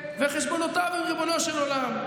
וחשבונותיו עם ריבונו של עולם.